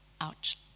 Ouch